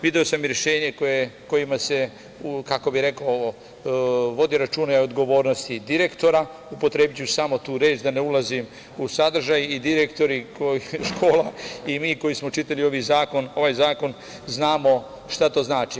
Video sam i rešenje kojima se, kako bih rekao ovo, vodi računa i o odgovornosti direktora, upotrebiću samo tu reč, da ne ulazim u sadržaj i direktori škola i mi, koji smo čitali ovaj zakon, znamo šta to znači.